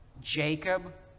Jacob